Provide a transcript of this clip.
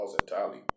entirely